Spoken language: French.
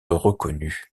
reconnu